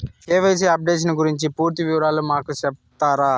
KYC updation గురించి పూర్తి వివరాలు మాకు సెప్తారా?